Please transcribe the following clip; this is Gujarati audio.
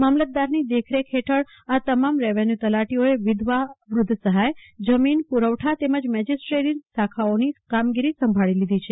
મામલતદારની દેખરેખ હેઠળ આ તમામ રેવન્યુ તલાટીઓએ વિધવા વૃધ્ય સહાય જમીન પુરવઠા તેમજ મેજિસ્ટ્રેરિયલ શાખાઓની કામગીરી સંભાળી લીધી છે